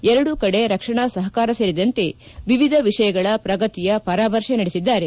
ಎರಡೂ ಕಡೆ ರಕ್ಷಣಾ ಸಪಕಾರ ಸೇರಿದಂತೆ ವಿವಿಧ ವಿಷಯಗಳ ಪ್ರಗತಿಯ ಪರಾಮರ್ತೆ ನಡೆಸಿದ್ದಾರೆ